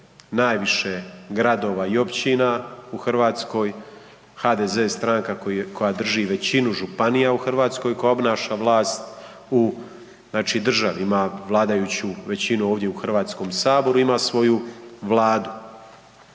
najviše gradova i općina u Hrvatskoj. HDZ je stranka koja drži većinu županija u Hrvatskoj koja obnaša vlast u znači državi, ima vladajuću većinu ovdje u Hrvatskom saboru, ima svoju vladu.